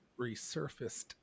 resurfaced